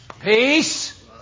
peace